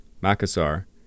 Makassar